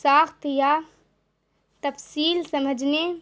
ساخت یا تفصیل سمجھنے